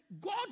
God